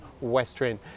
Western